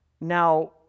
Now